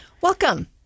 Welcome